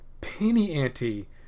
Penny-ante